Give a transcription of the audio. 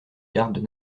gardes